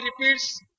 repeats